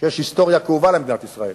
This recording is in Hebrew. ויש שם היסטוריה כאובה למדינת ישראל,